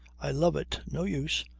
i love it. no use!